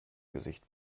gesicht